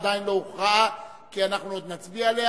עדיין לא הוכרעה כי אנחנו עוד נצביע עליה.